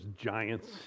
giants